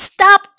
Stop